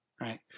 right